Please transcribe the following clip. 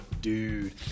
Dude